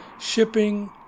shipping